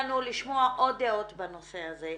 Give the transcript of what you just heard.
לשמוע עוד דעות בנושא הזה.